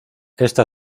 esta